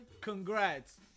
Congrats